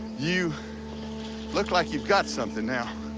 you look like you've got something now.